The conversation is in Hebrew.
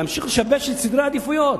להמשיך לשבש את סדרי העדיפויות.